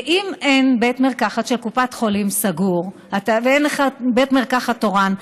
ואם אין בית מרקחת של קופת חולים סגור ואין לך בית מרקחת תורן,